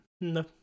No